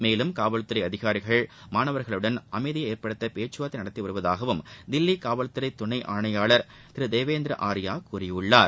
மேலும் காவல்துறை அதிகாரிகள் மாணவர்களுடன் அமைதியை ஏற்படுத்த பேச்சுவார்த்தை நடத்தி வருவதாகவும் தில்லி காவல்துறை துணையாளர் திரு தேவேந்திர ஆரியா கூறியுள்ளார்